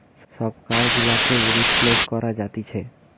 সব কার্ড গুলোকেই রিপ্লেস করা যাতিছে